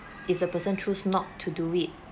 if the person choose not to do it